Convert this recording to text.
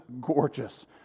gorgeous